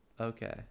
Okay